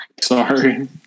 Sorry